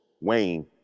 Wayne